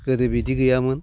गोदो बिदि गैयामोन